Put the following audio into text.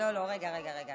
לא, רגע, רגע,